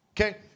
Okay